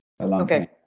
Okay